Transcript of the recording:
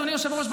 אדוני היושב-ראש,